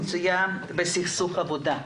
המצויה בסכסוך עבודה.